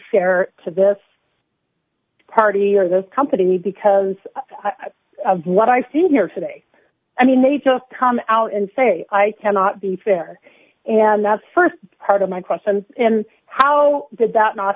fair to this party or this company because of what i see here today i mean they just come out and say i cannot be fair and that's the st part of my question and how did that not